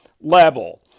level